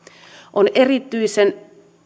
on erityisen